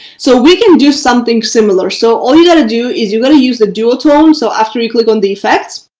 so we can do something similar. so all you got to do is you're going to use the dual tone. so after you click on the effects,